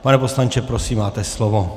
Pane poslanče, prosím, máte slovo.